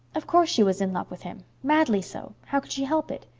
of course she was in love with him madly so. how could she help it?